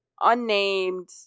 unnamed